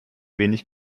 wenig